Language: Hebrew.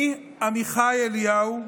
אני, עמיחי אליהו,